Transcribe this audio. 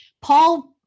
Paul